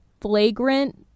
flagrant